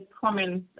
comments